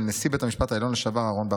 נשיא בית המשפט העליון לשעבר אהרן ברק: